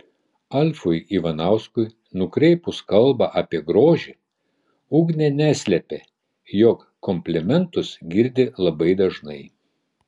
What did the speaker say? alfui ivanauskui nukreipus kalbą apie grožį ugnė neslėpė jog komplimentus girdi labai dažnai